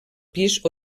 pis